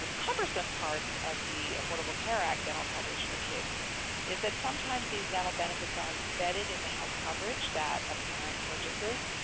cumbersome parts of the affordable care act dental coverage for kids is that sometimes these dental benefits are embedded in the health coverage that a parent purchases,